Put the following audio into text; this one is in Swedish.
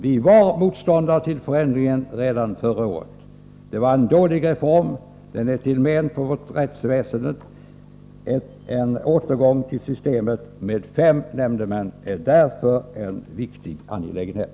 Vi var motståndare till förändringen redan förra året. Det var en dålig reform. Den är till men för vårt rättsväsen. En återgång till systemet med fem nämndemän är därför en viktig angelägenhet.